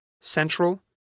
central